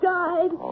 died